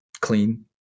clean